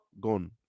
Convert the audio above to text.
gone